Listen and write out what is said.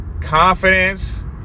Confidence